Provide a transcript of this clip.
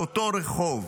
באותו רחוב.